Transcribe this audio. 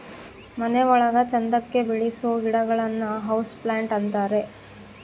ಮನೆ ಒಳಗ ಚಂದಕ್ಕೆ ಬೆಳಿಸೋ ಗಿಡಗಳನ್ನ ಹೌಸ್ ಪ್ಲಾಂಟ್ ಅಂತಾರೆ